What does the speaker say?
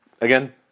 Again